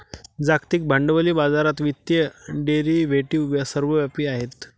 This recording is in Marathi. जागतिक भांडवली बाजारात वित्तीय डेरिव्हेटिव्ह सर्वव्यापी आहेत